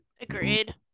agreed